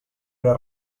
era